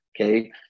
Okay